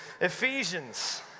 Ephesians